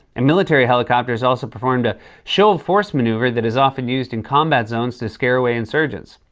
and military helicopters also performed a show of force maneuver that is often used in combat zones to scare away insurgents.